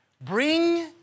bring